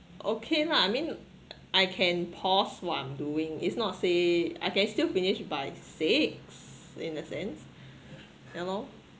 okay lah I mean I can pause what I'm doing it's not say I can still finish by six in a sense you know